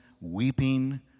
weeping